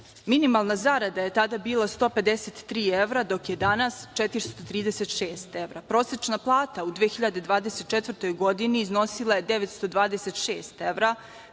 evra. Minimalna zarada je tada bila 153 evra, dok je danas 436 evra. Prosečna plata u 2024. godini, iznosila je 926 evra,